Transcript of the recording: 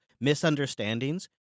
misunderstandings